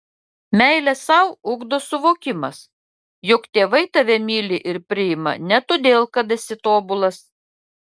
meilę sau ugdo suvokimas jog tėvai tave myli ir priima ne todėl kad esi tobulas